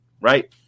right